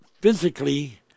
physically